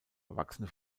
erwachsene